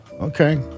Okay